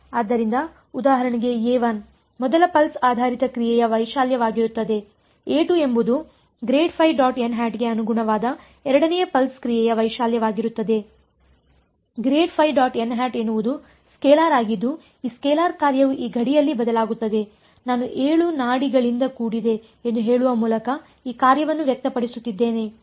ಆದ್ದರಿಂದ ಉದಾಹರಣೆಗೆ ಮೊದಲ ಪಲ್ಸ್ ಆಧಾರಿತ ಕ್ರಿಯೆಯ ವೈಶಾಲ್ಯವಾಗಿರುತ್ತದೆ ಎಂಬುದು ಗೆ ಅನುಗುಣವಾದ ಎರಡನೇ ಪಲ್ಸ್ ಕ್ರಿಯೆಯ ವೈಶಾಲ್ಯವಾಗಿರುತ್ತದೆ ಎನ್ನುವುದು ಸ್ಕೇಲಾರ್ ಆಗಿದ್ದು ಈ ಸ್ಕೇಲಾರ್ ಕಾರ್ಯವು ಈ ಗಡಿಯಲ್ಲಿ ಬದಲಾಗುತ್ತದೆನಾನು 7 ನಾಡಿಗಳಿಂದ ಕೂಡಿದೆ ಎಂದು ಹೇಳುವ ಮೂಲಕ ಈ ಕಾರ್ಯವನ್ನು ವ್ಯಕ್ತಪಡಿಸುತ್ತಿದ್ದೇನೆ